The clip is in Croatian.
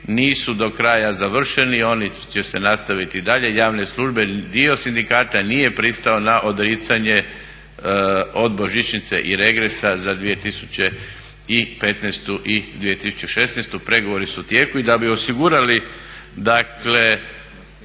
nisu do kraja završili, oni će se nastaviti i dalje. Javne službe, dio sindikata nije pristao na odricanje od božićnice i regresa za 2015. i 2016., pregovori su u tijeku i da bi osigurali